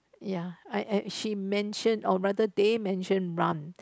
ya uh she mention or rather they mention run